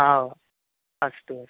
हा अस्तु अस्तु